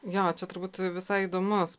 jo čia turbūt visai įdomus